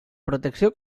protecció